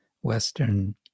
Western